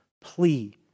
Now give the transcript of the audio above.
plea